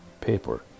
paper